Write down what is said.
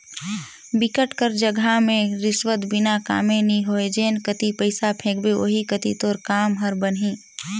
बिकट कर जघा में रिस्वत बिना कामे नी होय जेन कती पइसा फेंकबे ओही कती तोर काम हर बनही